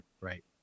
right